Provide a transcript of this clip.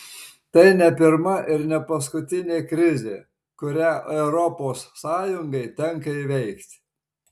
tai ne pirma ir ne paskutinė krizė kurią europos sąjungai tenka įveikti